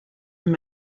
they